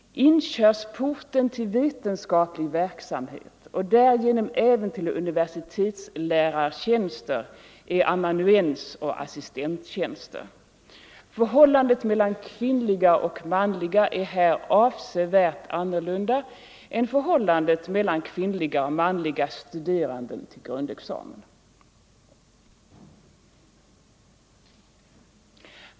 Inkörsporten till vetenskaplig verksamhet och därigenom även till universitetslärartjänster är amanuensoch assistenttjänster. Förhållandet mellan kvinnliga och manliga är här avsevärt annorlunda än förhållandet mellan kvinnliga och manliga studerande till grundexamen.